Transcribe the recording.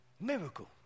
miracle